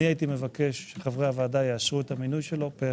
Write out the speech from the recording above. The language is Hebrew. אני הייתי מבקש שחברי הוועדה יאשרו את המינוי שלו פה אחד.